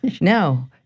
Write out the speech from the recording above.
No